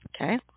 Okay